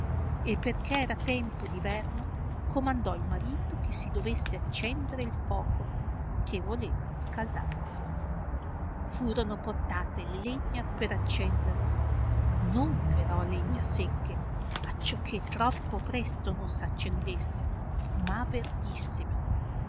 e perchè era tempo di verno comandò il marito che si dovesse accendere il foco che voleva scaldarsi furono portate le legna per accenderlo non però legna secche acciò che troppo presto non s accendesse ma verdissime